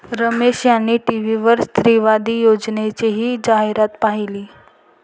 रमेश यांनी टीव्हीवर स्त्रीवादी उद्योजकतेची जाहिरात पाहिली